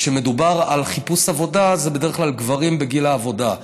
כשמדובר על חיפוש עבודה זה בדרך כלל גברים בגיל העבודה.